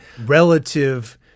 Relative